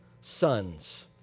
sons